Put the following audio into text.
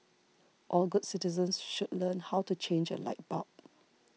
all good citizens should learn how to change a light bulb